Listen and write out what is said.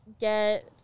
get